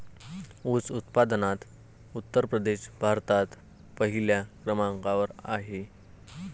ऊस उत्पादनात उत्तर प्रदेश भारतात पहिल्या क्रमांकावर आहे